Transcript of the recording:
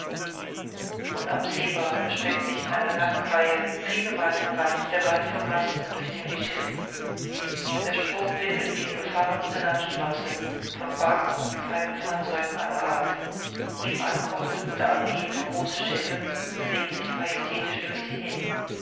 unabsehbar erstreckt sich in einer langen reihe viele meilen weit der wald von masten durch den wir schifften der strom wimmelt wie die befahrenste landstraße von barken und kleinen fahrzeugen aller art eben ankommende oder abgehende große schiffe bewegen sich majestätisch durch sie hin